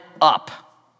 up